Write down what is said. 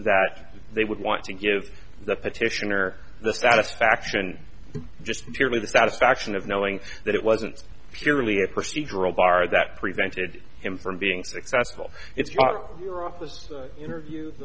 that they would want to give the petitioner the satisfaction just merely the satisfaction of knowing that it wasn't purely a procedural bar that prevented him from being successful it struck your office to interview